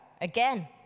again